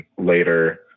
later